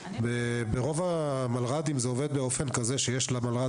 ברוב המלר"דים זה עובד באופן כזה שיש למלר"ד